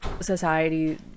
society